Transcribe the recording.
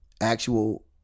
actual